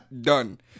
done